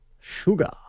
Sugar